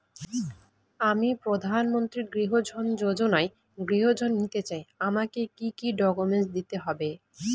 আমি প্রধানমন্ত্রী গৃহ ঋণ যোজনায় গৃহ ঋণ নিতে চাই আমাকে কি কি ডকুমেন্টস দিতে হবে?